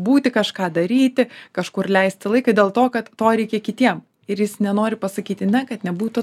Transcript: būti kažką daryti kažkur leisti laiką dėl to kad to reikia kitiem ir jis nenori pasakyti ne kad nebūtų